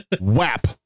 WAP